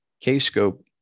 K-scope